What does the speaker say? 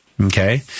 Okay